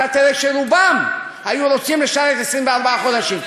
אתה תראה שרובם היו רוצים לשרת 24 חודשים.